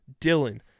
Dylan